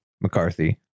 McCarthy